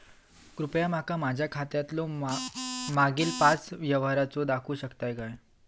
कृपया माका माझ्या खात्यातलो मागील पाच यव्हहार दाखवु शकतय काय?